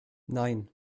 nein